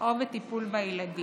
או בטיפול בילדים.